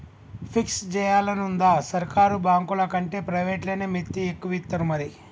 fix జేయాలనుందా, సర్కారు బాంకులకంటే ప్రైవేట్లనే మిత్తి ఎక్కువిత్తరు మరి